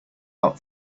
out